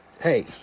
Hey